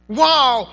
wow